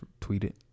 tweeted